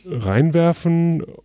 reinwerfen